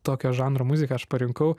tokio žanro muziką aš parinkau